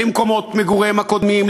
למקומות מגוריהם הקודמים,